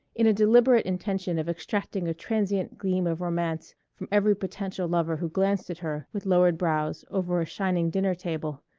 in a deliberate intention of extracting a transient gleam of romance from every potential lover who glanced at her with lowered brows over a shining dinner table